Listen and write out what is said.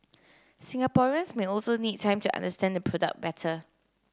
Singaporeans may also need time to understand the product better